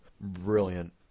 Brilliant